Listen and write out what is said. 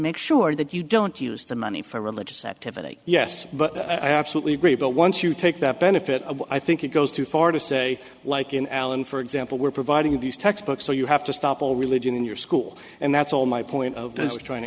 make sure that you don't use the money for religious activity yes but i absolutely agree but once you take that benefit i think it goes too far to say like in alan for example we're providing these textbooks so you have to stop all really junior school and that's all my point of t